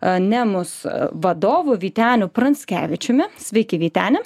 anemus vadovu vyteniu pranckevičiumi sveiki vyteni